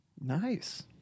Nice